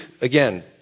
again